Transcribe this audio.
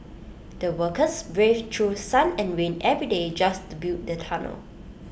the workers braved through sun and rain every day just to build the tunnel